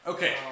Okay